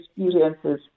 experiences